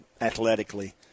athletically